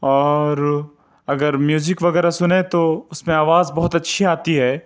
اور اگر میوزک وغیرہ سنیں تو اس میں آواز بہت اچّھی آتی ہے